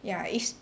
ya it's